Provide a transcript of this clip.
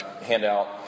handout